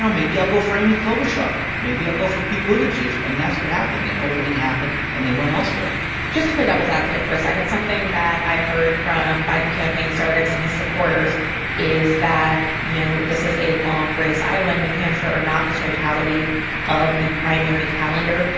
maybe i'll go for amy klobuchar. maybe i'll go for pete buttigieg. and that's what happened. that opening happened, and they went elsewhere just to play devil's advocate for a second, something that i've heard from biden campaign surrogates and his supporters is that, you know, this is a long race. iowa and new hampshire are not the totality of the primary calendar.